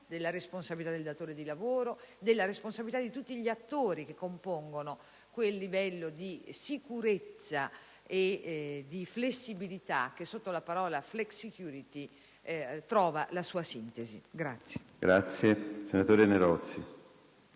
della responsabilità del datore di lavoro e di tutti gli attori che compongono quel livello di sicurezza e di flessibilità che sotto la parola *flexsecurity* trova la sua sintesi.